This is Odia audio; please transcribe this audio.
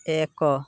ଏକ